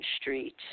street